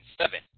seven